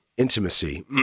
Intimacy